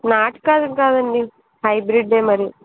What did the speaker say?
నాటు కాయలు కాదండి హైబ్రిడ్డే మరి